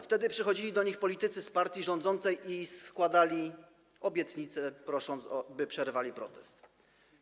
Wtedy przychodzili do nich politycy z partii rządzącej i składali obietnice, prosząc, by przerwali protest.